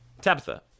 Tabitha